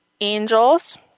Angels